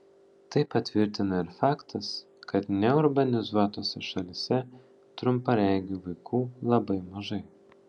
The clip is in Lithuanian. tai patvirtina ir faktas kad neurbanizuotose šalyse trumparegių vaikų labai mažai